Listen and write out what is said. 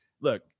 look